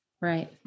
Right